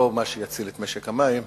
זה לא מה שיציל את משק המים,